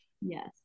Yes